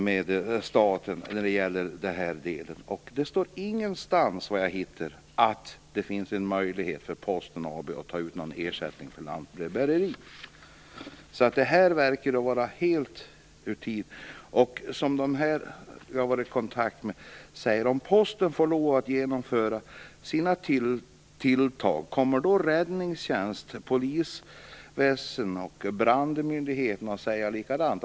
Det står, vad jag har kunnat hitta, ingenstans att Posten AB har möjlighet att ta ut en avgift för lantbrevbäreri. Det verkar vara taget helt ur tomma luften. Personer som jag har varit i kontakt med undrar: Om Posten får genomföra sina tilltag, kommer då Räddningstjänst, polisväsende och brandmyndigheter att göra likadant?